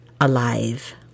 alive